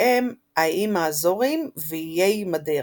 בהם האיים האזוריים ואיי מדיירה.